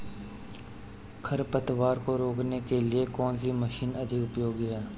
खरपतवार को रोकने के लिए कौन सी मशीन अधिक उपयोगी है?